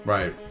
Right